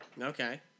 Okay